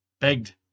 Begged